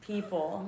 People